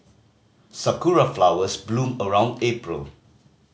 sakura flowers bloom around April